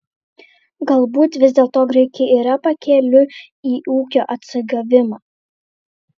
galbūt vis dėlto graikija yra pakeliui į ūkio atsigavimą